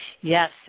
Yes